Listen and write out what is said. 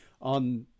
on